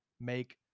make